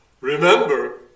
Remember